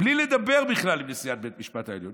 בלי לדבר בכלל עם נשיאת בית המשפט העליון,